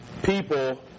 People